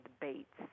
debates